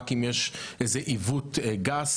אלא, אם יש איזה שהוא עיוות גס,